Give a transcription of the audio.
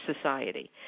society